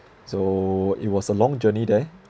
so it was a long journey there